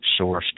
sourced